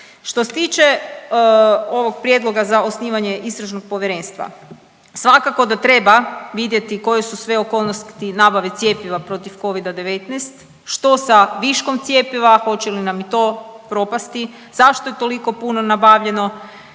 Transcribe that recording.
Što se tiče ovog prijedloga za osnivanje Istražnog povjerenstva, svakako da treba vidjeti koje su sve okolnosti nabave cjepiva protiv covida-19, što sa viškom cjepiva, hoće li nam i to propasti, zašto je toliko puno nabavljeno,